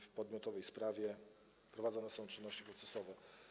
W podmiotowej sprawie prowadzone są czynności procesowe.